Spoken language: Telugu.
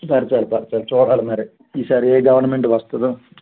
సరే సరే సరే సరే చూడాలి మరి ఈసారి ఏ గవర్నమెంట్ వస్తుందో